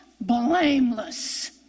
blameless